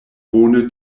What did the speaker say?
bone